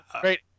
Great